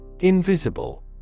Invisible